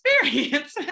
experience